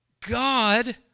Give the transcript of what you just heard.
God